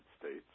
States